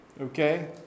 Okay